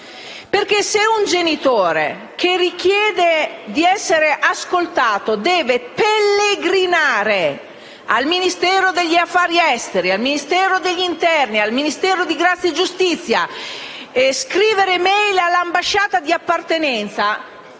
Se un genitore che richiede di essere ascoltato deve peregrinare tra il Ministero degli affari esteri, il Ministero dell'interno, il Ministero di giustizia e scrivere *e-mail* all'ambasciata di appartenenza,